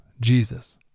jesus